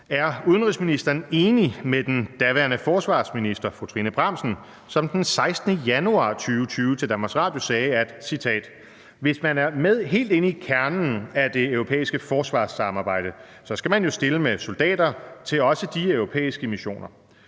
Er udenrigsministeren enig med den daværende forsvarsminister, fru Trine Bramsen, som den 16. januar 2020 til DR sagde, at »Hvis man er med helt inde i kernen af det europæiske forsvarssamarbejde, så skal man jo stille med soldater til også de europæiske missioner«,